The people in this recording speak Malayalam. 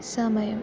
സമയം